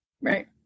Right